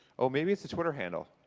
oh, maybe it's a twitter handle.